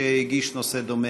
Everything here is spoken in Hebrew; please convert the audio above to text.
שהגיש בנושא דומה.